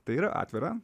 tai yra atvira